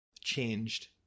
changed